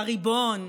בריבון,